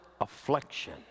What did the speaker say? affliction